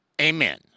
amen